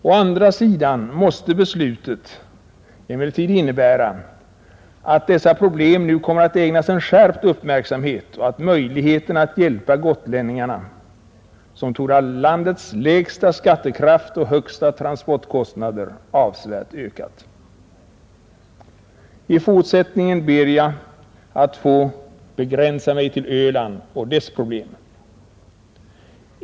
Å andra sidan måste beslutet emellertid innebära, att Gotlands problem nu kommer att ägnas en skärpt uppmärksamhet och att möjligheterna att hjälpa gotlänningarna, som torde ha landets I fortsättningen ber jag att få begränsa mig till Öland och dess problem.